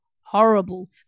horrible